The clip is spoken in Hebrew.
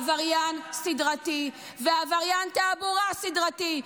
עבריין סדרתי ועבריין תעבורה סדרתי,